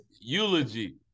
eulogy